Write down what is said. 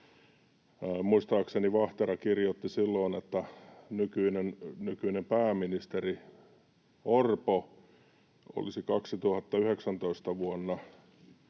muistaakseni Vahtera kirjoitti silloin, että nykyinen pääministeri Orpo olisi vuonna 2019